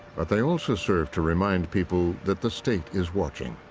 but they also serve to remind people that the state is watching.